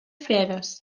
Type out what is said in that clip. fredes